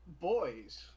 Boys